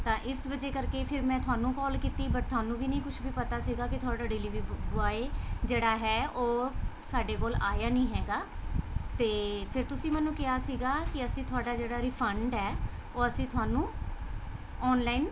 ਤਾਂ ਇਸ ਵਜ੍ਹਾ ਕਰਕੇ ਫਿਰ ਮੈਂ ਤੁਹਾਨੂੰ ਕਾਲ ਕੀਤੀ ਬਟ ਤੁਹਾਨੂੰ ਵੀ ਨਹੀਂ ਕੁਝ ਵੀ ਪਤਾ ਸੀਗਾ ਕਿ ਤੁਹਾਡਾ ਡਿਲੀਵਰੀ ਬੋਆਏ ਜਿਹੜਾ ਹੈ ਉਹ ਸਾਡੇ ਕੋਲ ਆਇਆ ਨਹੀਂ ਹੈਗਾ ਅਤੇ ਫਿਰ ਤੁਸੀਂ ਮੈਨੂੰ ਕਿਹਾ ਸੀਗਾ ਕਿ ਅਸੀਂ ਤੁਹਾਡਾ ਜਿਹੜਾ ਰਿਫੰਡ ਹੈ ਉਹ ਅਸੀਂ ਤੁਹਾਨੂੰ ਔਨਲਾਈਨ